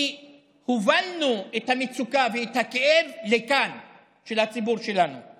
כי הובלנו את המצוקה והכאב של הציבור שלנו לכאן.